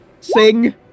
Sing